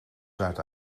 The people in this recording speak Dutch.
zuid